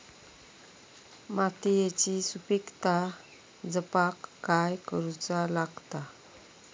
मातीयेची सुपीकता जपाक काय करूचा लागता?